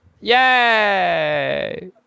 Yay